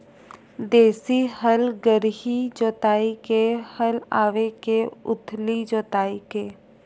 देशी हल गहरी जोताई के हल आवे के उथली जोताई के?